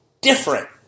different